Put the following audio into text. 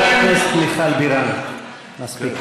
חברת הכנסת מיכל בירן, מספיק.